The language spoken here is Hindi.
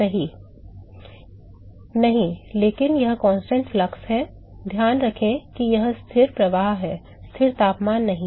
सही नहीं लेकिन यह स्थिर प्रवाह है ध्यान रखें कि यह स्थिर प्रवाह है स्थिर तापमान नहीं है